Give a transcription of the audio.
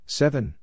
seven